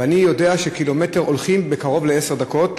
אני יודע שקילומטר הולכים קרוב לעשר דקות,